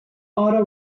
auto